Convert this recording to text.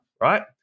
right